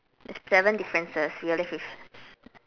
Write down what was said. it's seven differences we're left with